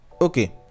Okay